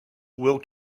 will